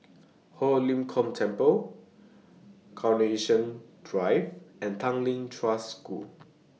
Ho Lim Kong Temple Carnation Drive and Tanglin Trust School